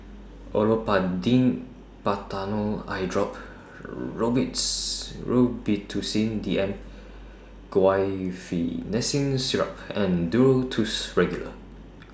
Olopatadine Patanol Eyedrop Robitussin D M Guaiphenesin Syrup and Duro Tuss Regular